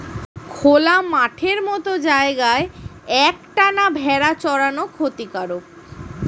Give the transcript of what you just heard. খোলা মাঠের মত জায়গায় এক টানা ভেড়া চরানো ক্ষতিকারক